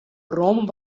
rome